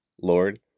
Lord